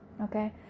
okay